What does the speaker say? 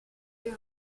les